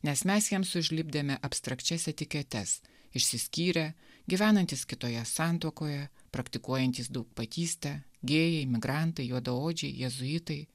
nes mes jiems užlipdėme abstrakčias etiketes išsiskyrę gyvenantys kitoje santuokoje praktikuojantys daugpatystę gėjai migrantai juodaodžiai jėzuitai